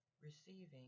receiving